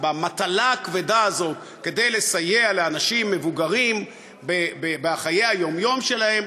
במטלה הכבדה הזאת של לסייע לאנשים מבוגרים בחיי היום-יום שלהם,